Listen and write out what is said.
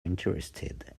interested